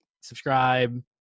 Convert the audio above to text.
subscribe